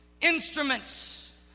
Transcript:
Instruments